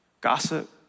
gossip